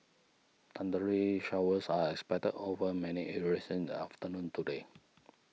thundery showers are expected over many areas in the afternoon today